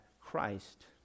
Christ